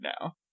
now